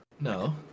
No